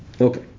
Okay